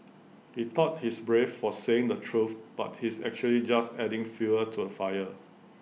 he thought he's brave for saying the truth but he's actually just adding fuel to the fire